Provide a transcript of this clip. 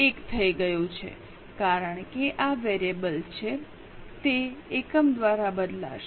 1 થઈ ગયું છે કારણ કે આ વેરિયેબલ છે તે એકમ દ્વારા બદલાશે